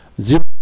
zero